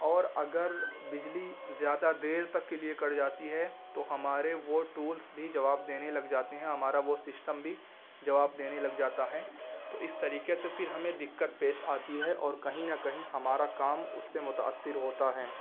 اور اگر بجلی زیادہ دیر تک کے لیے کٹ جاتی ہے تو ہمارے وہ ٹولس بھی جواب دینے لگ جاتے ہیں ہمارا وہ سسٹم بھی جواب دینے لگ جاتا ہے تو اس طریقے سے پھر ہمیں دقت پیش آتی ہے اور کہیں نہ کہیں ہمارا کام اس سے متأثر ہوتا ہے